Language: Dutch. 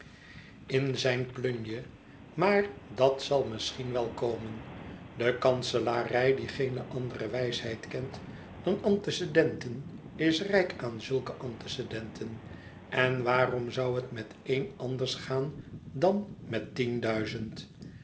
in zijn plunje maar dat zal misschien wel komen de kanselarij die geene andere wijsheid kent dan antecedenten is rijk aan zulke antecedenten en waarom zou het met één anders gaan dan met